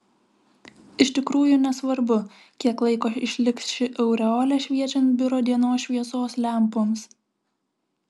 iš tikrųjų nesvarbu kiek laiko išliks ši aureolė šviečiant biuro dienos šviesos lempoms